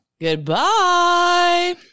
goodbye